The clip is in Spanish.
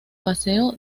paseo